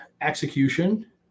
execution